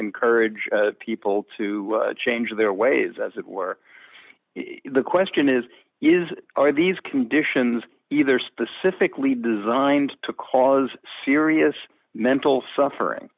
encourage people to change their ways as it were the question is is are these conditions either specifically designed to cause serious mental suffering